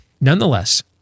Nonetheless